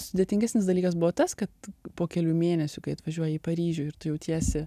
sudėtingesnis dalykas buvo tas kad po kelių mėnesių kai atvažiuoji į paryžių ir tu jautiesi